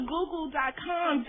Google.com